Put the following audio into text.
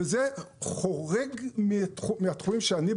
וזה חורג מהתחומים שאני,